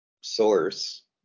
source